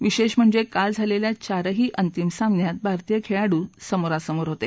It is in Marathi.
विशेष म्हणजे काल झालेल्या चारही अंतिम सामन्यांमध्ये भारतीय खेळाडूय समोरासमोर होते